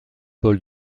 paul